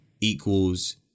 equals